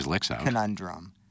conundrum